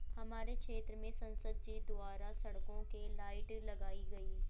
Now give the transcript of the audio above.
हमारे क्षेत्र में संसद जी द्वारा सड़कों के लाइट लगाई गई